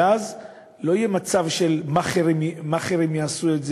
ואז לא יהיה מצב שמאכערים יעשו את זה